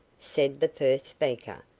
said the first speaker,